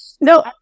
no